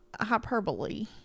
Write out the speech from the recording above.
hyperbole